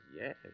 Yes